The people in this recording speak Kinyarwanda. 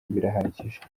birahagije